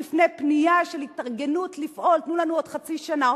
בפני פנייה של התארגנות לפעול: תנו לנו עוד חצי שנה,